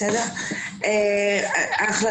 זה באמת טיפול שמרפא, מה שאנחנו בדרך כלל רוצים